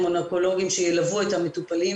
או נרקולוגים שילוו את המטופלים,